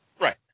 Right